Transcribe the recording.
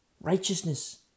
righteousness